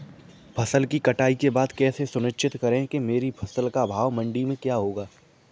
फसल की कटाई के बाद कैसे सुनिश्चित करें कि मेरी फसल का भाव मंडी में क्या होगा?